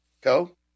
go